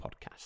podcast